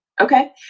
Okay